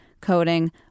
coding